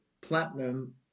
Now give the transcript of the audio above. Platinum